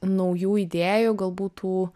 naujų idėjų galbūt tų